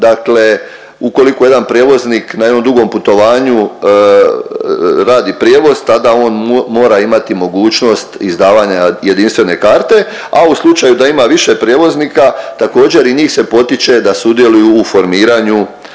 dakle ukoliko jedan prijevoznik na jednom dugom putovanju radi prijevoz tada on mora imati mogućnost izdavanja jedinstvene karte, a u slučaju da ima više prijevoznika također i njih se potiče da sudjeluju u formiranju